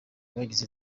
bagize